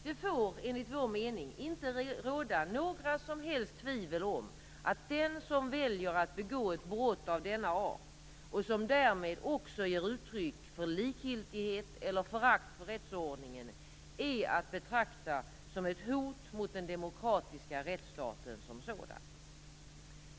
Det får enligt vår mening inte råda några som helst tvivel om att den som väljer att begå ett brott av denna art och som därmed också ger uttryck för likgiltighet eller förakt för rättsordningen är att betrakta som ett hot mot den demokratiska rättsstaten som sådan.